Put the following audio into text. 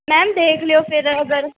ma'am ਦੇਖ ਲਿਓ ਫਿਰ ਅਗਰ